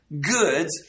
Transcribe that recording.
goods